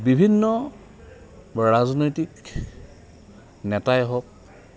বিভিন্ন ৰাজনৈতিক নেতাই হওক